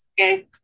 okay